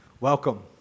Welcome